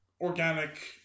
organic